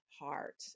heart